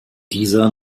dieser